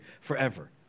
forever